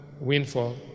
windfall